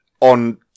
on